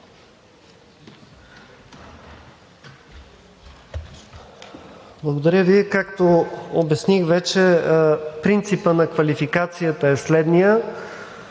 Благодаря Ви. Както обясних вече, принципът на квалификацията е следният: